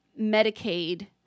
Medicaid